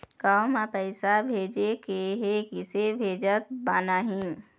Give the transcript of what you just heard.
गांव म पैसे भेजेके हे, किसे भेजत बनाहि?